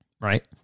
Right